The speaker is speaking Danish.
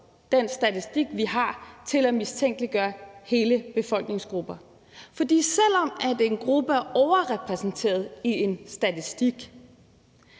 den statistik, vi har, til at mistænkeliggøre hele befolkningsgrupper. For selv om en gruppe er overrepræsenteret i en statistik